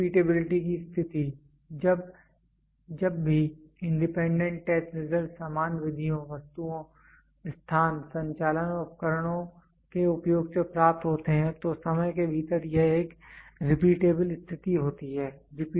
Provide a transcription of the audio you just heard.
अगली रिपीटेबिलिटी की स्थिति जब भी इंडिपेंडेंट टेस्ट रिजल्ट्स समान विधियों वस्तुओं स्थान संचालन और उपकरणों के उपयोग से प्राप्त होते हैं तो समय के भीतर यह एक रिपीटेबल स्थिति होती है